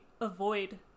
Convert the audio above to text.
avoid